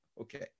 Okay